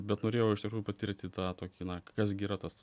bet norėjau iš tikrųjų patirti tą tokį na kas gi yra tas